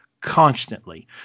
constantly